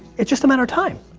it's just a matter of time.